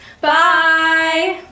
Bye